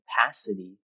capacity